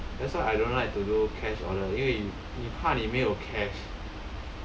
that's why that's why I don't like to do cash order 因为你怕你没有 cash